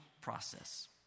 process